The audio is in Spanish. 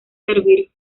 servir